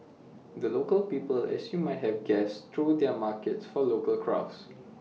the local people as you might have guessed throw their markets for local crafts